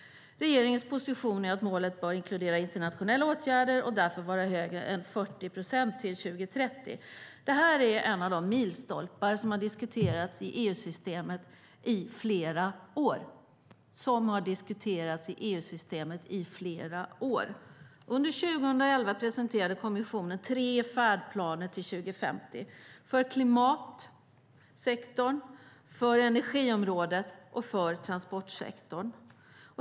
Regeringens position är att målet bör inkludera internationella åtgärder och därför vara högre än 40 procent till 2030. Det här är en av de milstolpar som har diskuterats i EU-systemet i flera år. Under 2011 presenterade kommissionen tre färdplaner till 2050 för klimatsektorn, för energiområdet och för transportsektorn.